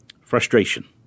Frustration